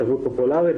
בתרבות פופולרית,